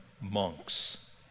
monks